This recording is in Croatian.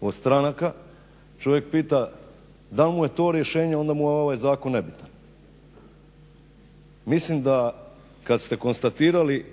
od stranaka, čovjek pita dal mu je to rješenje, onda mu je ovaj zakon nebitan. Mislim da kad ste konstatirali